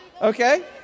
Okay